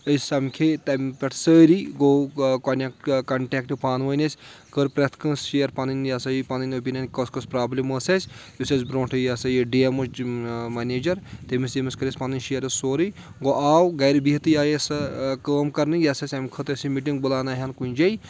أسۍ سَمکھٕے تَمہِ پؠٹھ سٲری گوٚو کونیکٹہٕ کنٹیکٹہٕ پانہٕ ؤنۍ اَسہِ کٔر پرؠتھ کٲنٛسہِ شیر پَنٕنۍ یہِ ہسا یہِ پنٕنۍ أبِنَے کۄس کۄس پرٛوبلِم ٲسۍ اَسہِ یُس اَسہِ برونٛٹھٕے یہِ ہسا یہِ ڈی ایمٕچ مینیجر تٔمِس ییٚمِس کٔرۍ اَسہِ پَنٕنۍ شیرس حظ سورُے گوٚو آو گرِ بِہتھٕے آیہِ اَسہِ سۄ کٲم کَرنٕکۍ یۄس اَسہِ اَمہِ خٲطرٕ أسۍ یہِ مِٹِنٛگ بُلاناوہٮ۪نۍ کُنہِ جایہِ